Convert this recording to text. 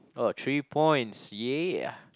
oh three points yeah